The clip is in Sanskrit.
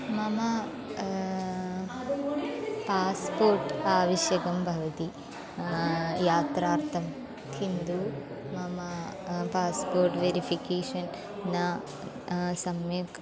मम पास्पोर्ट् आवश्यकं भवति यात्रार्थं किन्तु मम पास्पोर्ट् वेरिफ़िकेशन् न सम्यक्